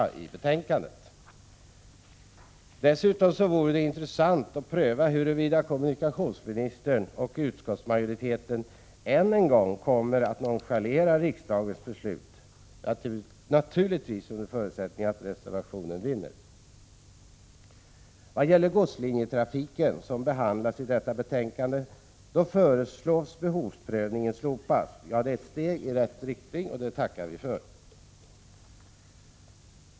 Det vore, under förutsättning att reservationen vinner, intressant att pröva huruvida kommunikationsministern och utskottsmajoriteten än en gång 8 kommer att nonchalera riksdagens beslut. Vad gäller godslinjetrafiken föreslås i betänkandet att behovsprövningen skall slopas. Det är ett steg i rätt riktning, och det tackar vi för.